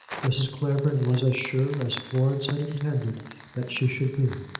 mrs. clavering was as sure as florence had intended that she should be.